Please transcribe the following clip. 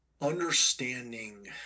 understanding